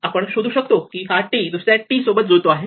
आपण शोधु शकतो की हा t दुसऱ्या t सोबत जुळतो आहे